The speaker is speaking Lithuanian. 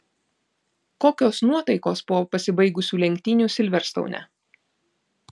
kokios nuotaikos po pasibaigusių lenktynių silverstoune